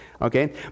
okay